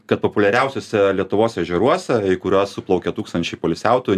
kad populiariausiuose lietuvos ežeruose į kuriuos suplaukia tūkstančiai poilsiautojų